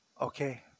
Okay